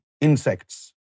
insects